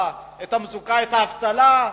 את האבטלה,